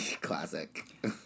Classic